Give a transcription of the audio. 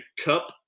cup